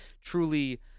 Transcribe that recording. truly